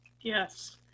Yes